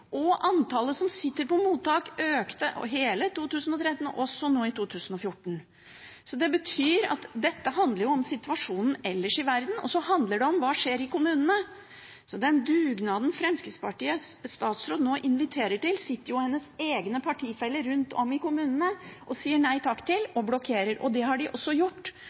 og antallet som sitter på mottak, økte i hele 2013, og også nå i 2014. Dette handler om situasjonen ellers i verden, og så handler det om hva som skjer i kommunene. Den dugnaden Fremskrittspartiets statsråd nå inviterer til, sitter hennes egne partifeller rundt om i kommunene og sier nei takk til og blokkerer, og det gjorde de også